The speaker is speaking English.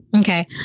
okay